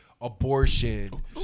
Abortion